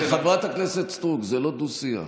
חברת הכנסת סטרוק, זה לא דו-שיח.